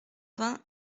vingt